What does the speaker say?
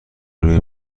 روی